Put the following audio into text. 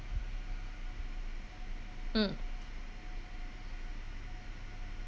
mm